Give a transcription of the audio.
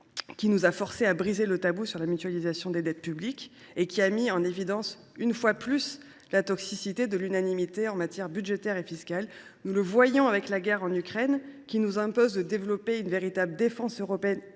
qui nous a obligés à briser le tabou de la mutualisation des dettes publiques et qui a mis en évidence, une fois de plus, la toxicité de l’unanimité en matière budgétaire et fiscale. Nous le voyons avec la guerre en Ukraine, qui nous impose de développer une véritable défense européenne